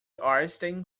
einstein